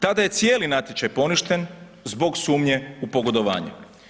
Tada je cijeli natječaj poništen zbog sumnje u pogodovanje.